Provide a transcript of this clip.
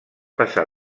passar